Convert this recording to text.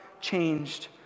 changed